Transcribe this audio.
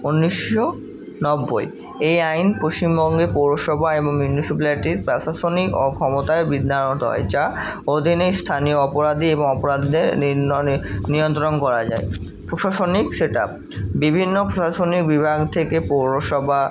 উনিশশো নব্বই এই আইন পশ্চিমবঙ্গের পৌরসভা এবং মিউনিসিপ্যালিটির প্রশাসনিক অ ক্ষমতায় হয় যা অধীনে স্থানীয় অপরাধী এবং অপরাধীদের নিয়ন্ত্রণ করা যায় প্রশাসনিক সেট আপ বিভিন্ন প্রশাসনিক বিভাগ থেকে পৌরসভা